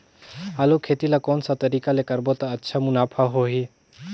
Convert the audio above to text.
आलू खेती ला कोन सा तरीका ले करबो त अच्छा मुनाफा होही?